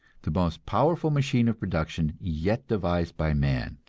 the most powerful machine of production yet devised by man,